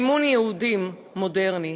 סימון יהודים מודרני.